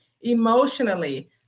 emotionally